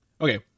Okay